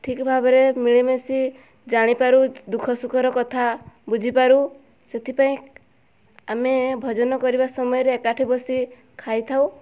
ଠିକ୍ ଭାବରେ ମିଳିମିଶି ଜାଣିପାରୁ ଦୁଃଖ ସୁଖ ର କଥା ବୁଝିପାରୁ ସେଥିପାଇଁ ଆମେ ଭୋଜନ କରିବା ସମୟରେ ଏକାଠି ବସି ଖାଇଥାଉ